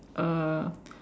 uh